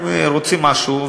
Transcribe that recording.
אם רוצים משהו,